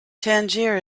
tangier